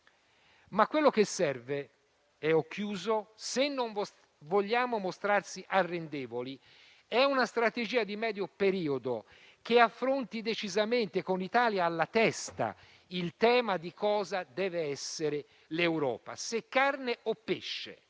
Quello che serve, in conclusione, se non vogliamo mostrarci arrendevoli, è una strategia di medio periodo che affronti decisamente, con l'Italia alla testa, il tema di cosa deve essere l'Europa: se carne o pesce.